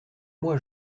moi